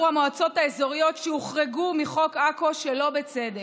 המועצות האזוריות שהוחרגו מחוק עכו שלא בצדק.